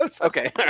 okay